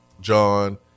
John